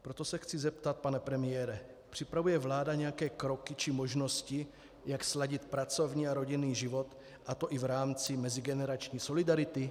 Proto se chci zeptat, pane premiére: připravuje vláda nějaké kroky či možnosti, jak sladit pracovní a rodinný život, a to i v rámci mezigenerační solidarity?